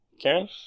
karen